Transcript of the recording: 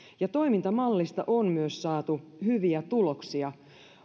ja toimintamallista on myös saatu hyviä tuloksia